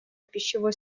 пищевой